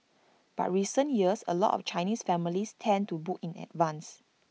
but recent years A lot of Chinese families tend to book in advance